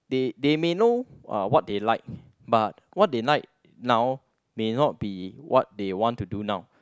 they they may know uh what they like but what they like now may not be what they want to do now